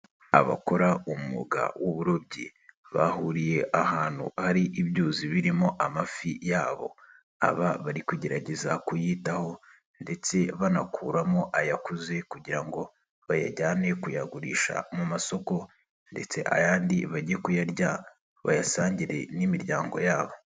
Abakora umwuga w'uburobyi bahuriye ahantu ari ibyuzi birimo amafi yabo, aba bari kugerageza kuyitaho ndetse banakuramo ayakuze kugira ngo bayajyane kuyagurisha mu masoko ndetse ayandi bajye kuyarya bayasangire n'imiryango yabo.